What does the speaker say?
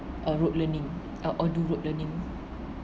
uh rote learning or or do rote learning